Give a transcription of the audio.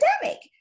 pandemic